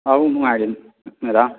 ꯑꯧ ꯅꯨꯉꯥꯏꯔꯤ ꯃꯦꯗꯥꯝ